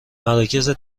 مراکز